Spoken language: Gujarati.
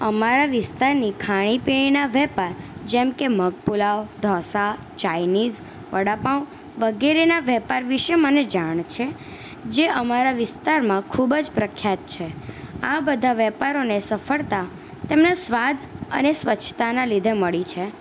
અમારા વિસ્તારની ખાણીના વેપાર જેમકે મગ પુલાવ ઢોંસા ચાઈનીઝ વડાપાઉં વગેરેના વેપાર વિશે મને જાણ છે જે અમારા વિસ્તારમાં ખૂબ જ પ્રખ્યાત છે આ બધા વેપારોને સફળતા તેમના સ્વાદ અને સ્વચ્છતાના લીધે મળી છે